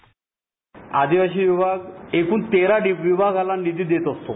sound bite आदिवासी विभाग एकूण तेरा विभागाला निधी देत असतो